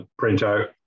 printout